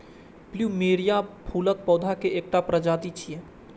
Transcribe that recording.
plumeria फूलक पौधा के एकटा प्रजाति छियै